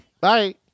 Bye